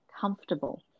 comfortable